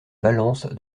balance